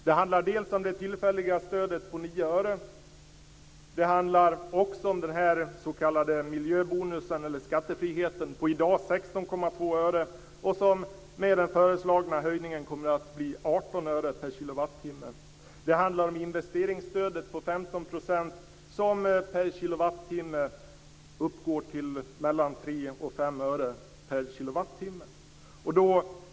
Det handlar dels om det tillfälliga stödet på 9 öre, dels också om den s.k. miljöbonusen eller skattefriheten på i dag 16,2 öre och som med den föreslagna höjningen kommer att vara 18 öre per kilowattimme. Det handlar om investeringsstödet på 15 % som motsvarar mellan 3 och 5 öre per kilowattimme.